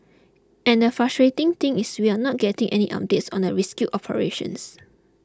and the frustrating thing is we are not getting any updates on the rescue operations